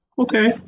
Okay